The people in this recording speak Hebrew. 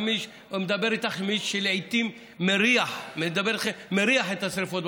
מדבר איתך מי שלעיתים מריח את השרפות,